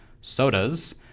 sodas